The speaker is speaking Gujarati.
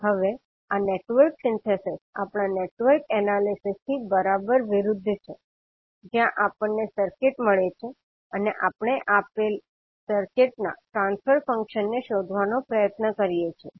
હવે આ નેટવર્ક સિન્થેસિસ આપણા નેટવર્ક એનાલિસિસ થી બરાબર વિરુદ્ધ છે જ્યાં આપણને સર્કિટ મળે છે અને આપણે આપેલ સર્કિટના ટ્રાન્સફર ફંક્શનને શોધવાનો પ્રયત્ન કરીએ છીએ